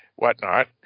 Whatnot